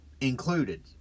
Included